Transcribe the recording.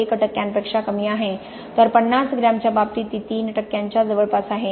1 टक्क्यांपेक्षा कमी आहे तर 50 ग्रॅमच्या बाबतीत ती 3 टक्क्यांच्या जवळपास आहे